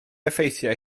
effeithiau